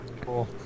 Cool